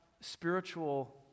spiritual